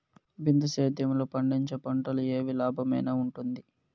బిందు సేద్యము లో పండించే పంటలు ఏవి లాభమేనా వుంటుంది?